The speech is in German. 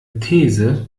these